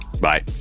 Bye